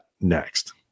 next